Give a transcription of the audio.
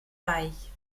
weich